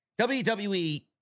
WWE